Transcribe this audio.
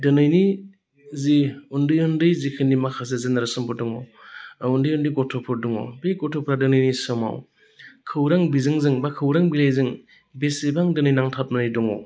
दिनैनि जि उन्दै उन्दै जिखिनि माखासे जेनेरेसनफोर दङ उन्दै उन्दै गथ'फोर दङ बे गथ'फोरा दिनैनि समाव खौरां बिजोंजों बा खौरां बिलाइजों बेसेबां दिनै नांथाबनानै दङ